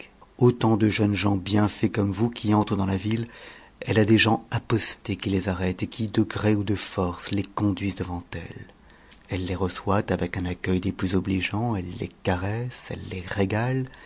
autant de jeunes gens bien faits comme vous qui entrent dans la ville elle a des gens apostés qui les arrêtent et qui de gré ou de force les conduisent devant elle elle les reçoit avec un accueil des plus obligeants elle les caresse elles les régale